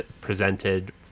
presented